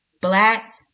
black